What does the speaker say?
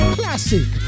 classic